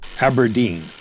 Aberdeen